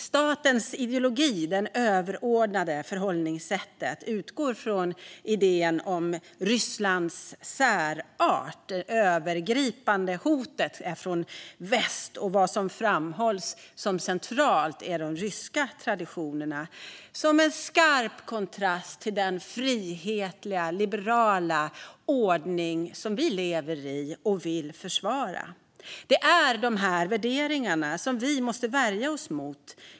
Statens ideologi och överordnade förhållningssätt utgår från idén om Rysslands särart. Det övergripande hotet är från väst, och vad som framhålls som centralt är de ryska traditionerna, som står i skarp kontrast till den frihetliga, liberala ordning som vi lever i och vill försvara. Det är dessa värderingar som vi måste värja oss mot.